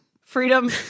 Freedom